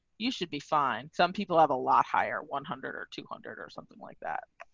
you should be fine. some people have a lot higher one hundred or two hundred or something like that.